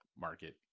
market